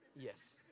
Yes